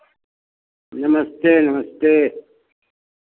नमस्ते नमस्ते